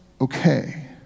okay